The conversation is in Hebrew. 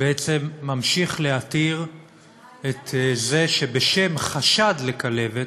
בעצם ממשיך להתיר את זה שבשם חשד לכלבת,